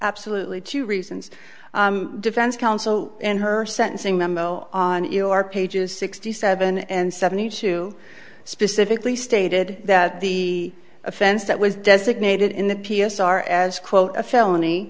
absolutely two reasons defense counsel and her sentencing memo on your pages sixty seven and seventy two specifically stated that the offense that was designated in the p s r as quote a felony